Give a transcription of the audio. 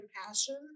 compassion